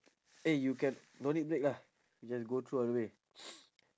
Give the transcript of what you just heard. eh you can no need break lah just go through all the way